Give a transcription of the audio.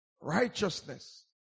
righteousness